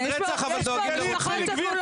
יש פה משפחות שכולות,